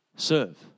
Serve